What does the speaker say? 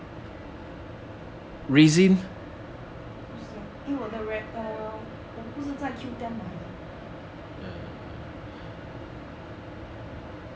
不是 ah 因为我的我不是在 Q ten 买的